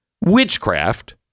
witchcraft